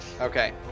Okay